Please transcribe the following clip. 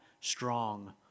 strong